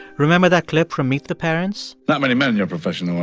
remember that clip from meet the parents? not many men in your profession,